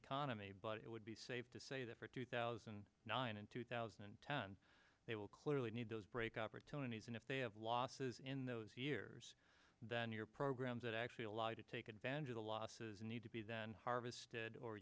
economy but it would be safe to say that for two thousand and nine and two thousand and ten they will clearly need those break opportunities and if they have losses in those years then your programs that actually allow you to take advantage of the losses need to be harvest